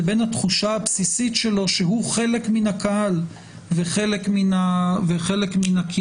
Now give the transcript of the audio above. לבין התחושה הבסיסית שלו שהוא חלק מן הקהל וחלק מן הקהילה.